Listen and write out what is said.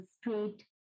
straight